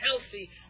healthy